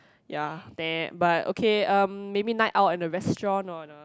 ya then but okay um maybe night out at a restaurant no no